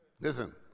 Listen